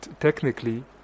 technically